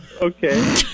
Okay